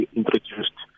introduced